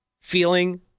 feeling